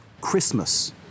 Christmas